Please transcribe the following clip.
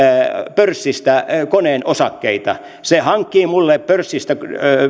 pörssistä koneen osakkeita se hankkii mulle pörssistä